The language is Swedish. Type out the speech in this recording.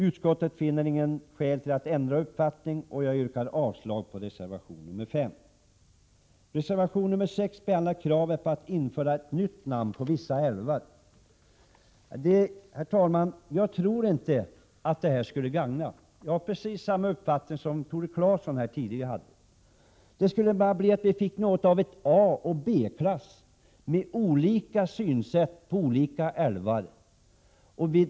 Utskottet finner inte anledning att ändra uppfattning, och jag yrkar avslag på reservation nr 5. Herr talman! Jag tror inte att detta skulle vara till gagn. Jag har precis samma uppfattning som Tore Claeson här tidigare redovisade. Det skulle bara bli så, att vi finge en A och en B-klass, att man skulle ha olika synsätt beträffande olika älvar.